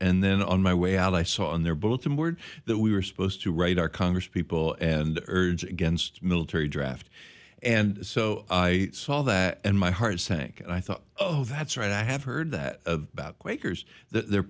and then on my way out i saw on their bulletin board that we were supposed to write our congresspeople and urge against military draft and so i saw that and my heart sank i thought oh that's right i have heard that about quakers the